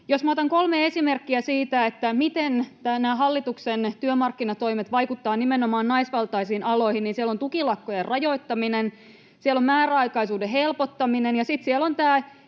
Jos otan kolme esimerkkiä, miten hallituksen työmarkkinatoimet vaikuttavat nimenomaan naisvaltaisiin aloihin, niin siellä on tukilakkojen rajoittaminen, siellä on määräaikaisuuden helpottaminen ja sitten siellä on